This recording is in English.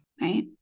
Right